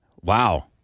Wow